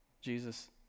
Jesus